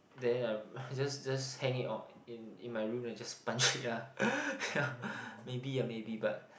then I just just hang it on in in my room then I just punch it yeah yeah maybe ah maybe but